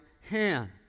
hand